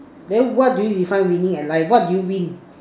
then what do you define winning at life what do you win